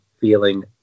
feeling